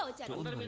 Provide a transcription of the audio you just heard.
ah gentlemen i mean